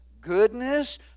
goodness